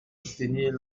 soutenir